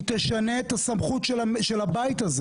היא תשנה את הסמכות של הבית הזה